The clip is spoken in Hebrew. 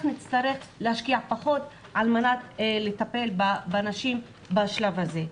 נצטרך להשקיע פחות כדי לטפל בנשים בשלב הזה.